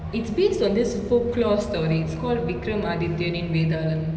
it's based on this folklore story it's called vikram athithiyan in vethaalam